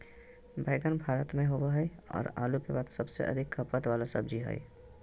बैंगन भारत में होबो हइ और आलू के बाद सबसे अधिक खपत वाला सब्जी हइ